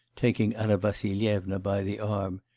taking anna vassilyevna by the arm.